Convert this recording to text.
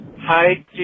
Hi